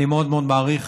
אני מאוד מאוד מעריך